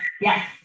yes